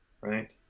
right